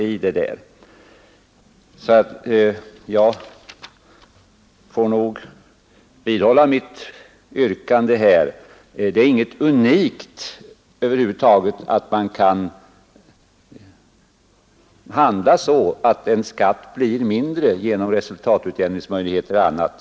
Jag vidhåller därför mitt yrkande. Det är inget unikt i att man kan handla så att en skatt blir mindre genom resultatutjämningsmöjligheter och annat.